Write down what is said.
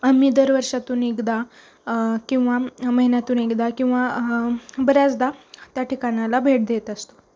आम्ही दर वर्षातून एकदा किंवा महिन्यातून एकदा किंवा बऱ्याचदा त्या ठिकाणाला भेट देत असतो